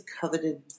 coveted